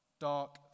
dark